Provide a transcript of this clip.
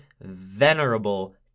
venerable